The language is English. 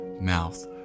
mouth